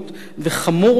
וחמור מכול,